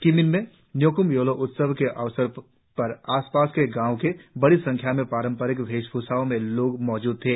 किमिन में न्योक्म यूलों उत्सव के अवसर पर आस पास के गांवों के बड़ी संख्या में पारंपरिक वेशभूषा में लोग मौजूद थे